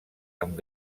amb